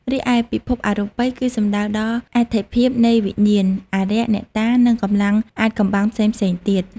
រីឯពិភពអរូបិយគឺសំដៅដល់អត្ថិភាពនៃវិញ្ញាណ អារក្ស អ្នកតា និងកម្លាំងអាថ៌កំបាំងផ្សេងៗទៀត។